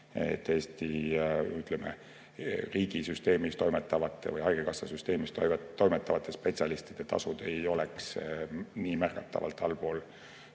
ütleme, riigisüsteemis toimetavate või haigekassa süsteemis toimetavate spetsialistide tasud ei oleks märgatavalt allpool